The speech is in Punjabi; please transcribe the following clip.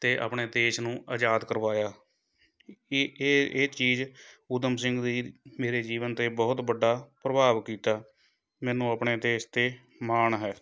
ਅਤੇ ਆਪਣੇ ਦੇਸ਼ ਨੂੰ ਅਜ਼ਾਦ ਕਰਵਾਇਆ ਇਹ ਇਹ ਇਹ ਚੀਜ਼ ਊਧਮ ਸਿੰਘ ਦੀ ਮੇਰੇ ਜੀਵਨ 'ਤੇ ਬਹੁਤ ਵੱਡਾ ਪ੍ਰਭਾਵ ਕੀਤਾ ਮੈਨੂੰ ਆਪਣੇ ਦੇਸ਼ 'ਤੇ ਮਾਣ ਹੈ